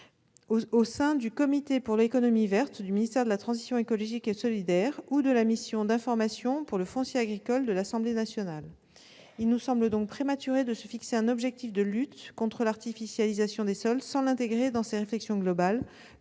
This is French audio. au sein du Comité pour l'économie verte du ministère de la transition écologique et solidaire ou de la mission d'information pour le foncier agricole de l'Assemblée nationale. Il nous semble donc prématuré de fixer un objectif de lutte contre l'artificialisation des sols sans l'intégrer dans ces réflexions globales